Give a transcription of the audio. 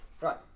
Right